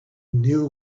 knew